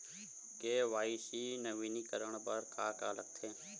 KYC नवीनीकरण बर का का लगथे?